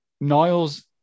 Niles